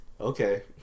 Okay